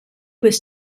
was